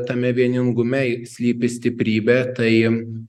tame vieningume slypi stiprybė tai